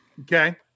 Okay